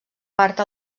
part